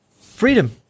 freedom